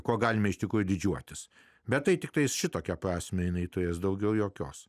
kuo galime ištiko didžiuotis bet tai tiktai šitokia prasme jinai turės daugiau jokios